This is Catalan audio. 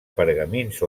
pergamins